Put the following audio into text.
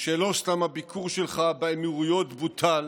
שלא סתם הביקור שלך באמירויות בוטל,